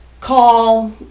call